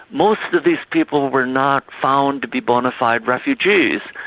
most of these people were not found to be bona fide refugees,